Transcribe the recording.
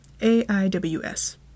AIWS